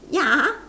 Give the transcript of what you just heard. ya